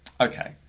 okay